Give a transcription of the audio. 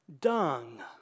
dung